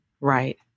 right